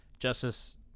justice